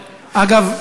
אגב,